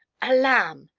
a lamb!